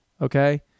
Okay